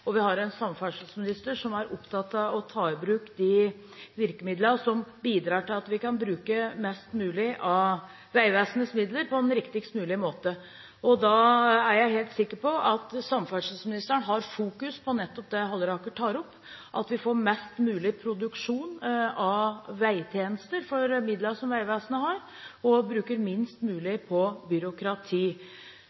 og vi har en samferdselsminister som er opptatt av å ta i bruk de virkemidlene som bidrar til at vi kan bruke mest mulig av Vegvesenets midler på en riktigst mulig måte. Da er jeg helt sikker på at samferdselsministeren fokuserer på nettopp det representanten Halleraker tar opp – at vi får mest mulig produksjon av veitjenester for midlene som Vegvesenet har, og bruker minst mulig